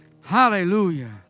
Hallelujah